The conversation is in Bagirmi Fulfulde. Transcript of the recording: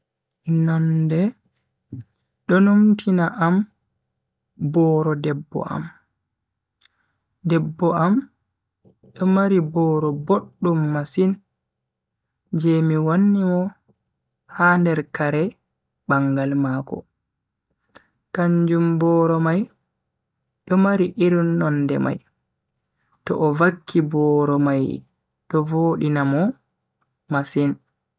Nonde do numtina am booro debbo am. debbo am do mari booro boddum masin je mi wanni mo ha nder Kare bangal mako. kanjum boro mai do mari irin nonde mai. to o vakki boro mai do vodina Mo masin.